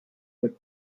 click